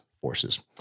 forces